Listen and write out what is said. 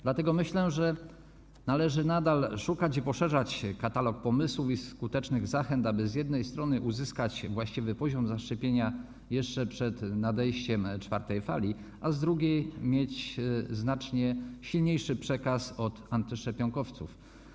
Dlatego myślę, że należy nadal szukać i poszerzać katalog pomysłów i skutecznych zachęt, aby z jednej strony uzyskać właściwy poziom zaszczepienia jeszcze przed nadejściem czwartej fali, a z drugiej - mieć znacznie silniejszy przekaz od antyszczepionkowców.